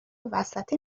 وسط